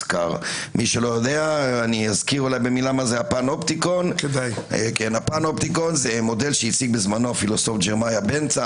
אזכיר במילה מה זה הפן אופטיקון זה מודל שהציג בזמנו ג'רמיה בנצם,